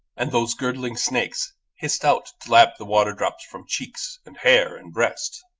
and those girdling snakes hissed out to lap the waterdrops from cheeks and hair and breast.